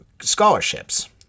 scholarships